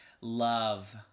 Love